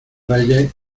reyes